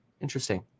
Interesting